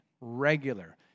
regular